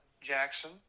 Jackson